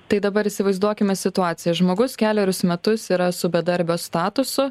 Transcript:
tai dabar įsivaizduokime situaciją žmogus kelerius metus yra su bedarbio statusu